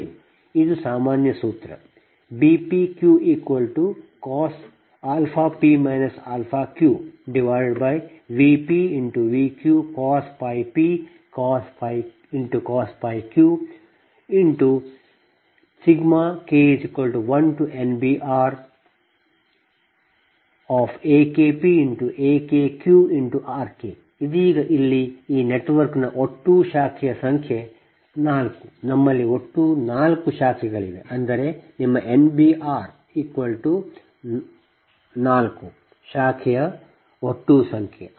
ಇದು ಸಾಮಾನ್ಯ ಸೂತ್ರ Bpq cos p q VpVqcos pcos q K1NBRAKpAKqRK ಇದೀಗ ಇಲ್ಲಿ ಈ ನೆಟ್ವರ್ಕ್ನ ಒಟ್ಟು ಶಾಖೆಯ ಸಂಖ್ಯೆ 4 ನಮ್ಮಲ್ಲಿ ಒಟ್ಟು 4 ಶಾಖೆಗಳಿವೆ ಅಂದರೆ ನಿಮ್ಮ NBR 4 ಶಾಖೆಯ ಒಟ್ಟು ಸಂಖ್ಯೆ